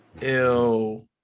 Ew